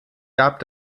gab